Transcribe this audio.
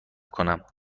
کنم